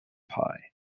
pie